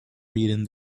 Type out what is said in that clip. reading